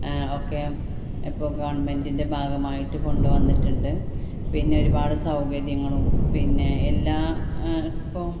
ഒക്കെ ഇപ്പോള് ഗവണ്മെന്റിൻ്റെ ഭാഗമായിട്ട് കൊണ്ടുവന്നിട്ടുണ്ട് പിന്നെ ഒരുപാട് സൗകര്യങ്ങളും പിന്നെ എല്ലാം ഇപ്പോള്